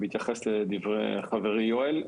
בהתייחס לדברי חברי יואל,